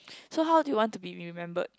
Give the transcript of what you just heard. so how do you want to be remembered